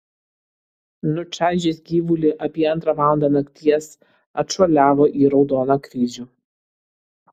nučaižęs gyvulį apie antrą valandą nakties atšuoliavo į raudoną kryžių